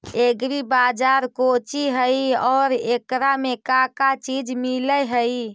Agri बाजार कोची हई और एकरा में का का चीज मिलै हई?